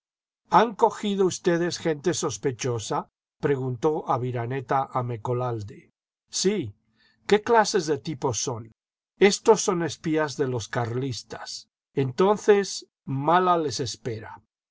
han cogido ustedes gente sospechosa preguntó aviraneta a mecolalde sí jqué clases de tipos son estos son espías de los carlistas entonces mala les espera